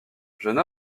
jeune